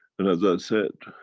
and as i said,